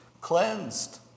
cleansed